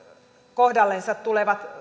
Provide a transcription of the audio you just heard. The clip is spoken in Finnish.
kohdallensa tulevat